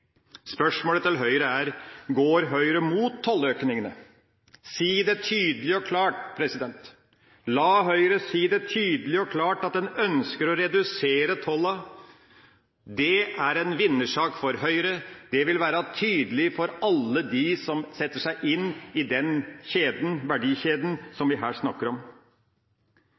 Spørsmålet til Høyre er: Går Høyre imot tolløkningene? Si det tydelig og klart. La Høyre si tydelig og klart at de ønsker å redusere tollen. Det er en vinnersak for Høyre, det vil være tydelig for alle dem som setter seg inn i den verdikjeden som vi her snakker om.